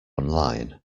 online